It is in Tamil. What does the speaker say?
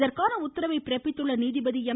இதற்கான உத்தரவை பிறப்பித்த நீதிபதி எம்